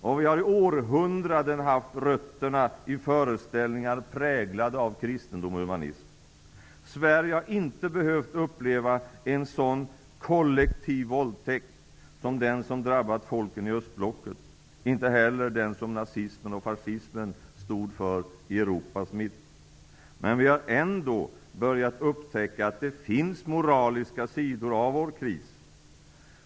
Och vi har i århundraden haft rötterna i föreställningar präglade av kristendom och humanism. Sverige har inte behövt uppleva en sådan kollektiv våldtäkt som den som drabbat folken i östblocket, inte heller den som nazismen och fascismen stod för i Europas mitt. Men vi har ändå börjat upptäcka att det finns moraliska sidor av vår kris.